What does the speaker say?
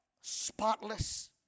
spotless